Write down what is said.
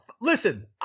Listen